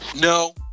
No